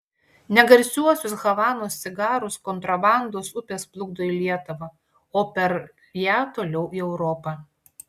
ne garsiuosius havanos cigarus kontrabandos upės plukdo į lietuvą o per ją toliau į europą